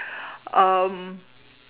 um